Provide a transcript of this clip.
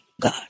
God